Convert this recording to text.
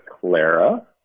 Clara